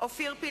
(קוראת בשמות חברי הכנסת) אופיר פינס-פז,